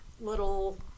little